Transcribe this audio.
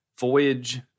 voyage